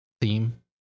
theme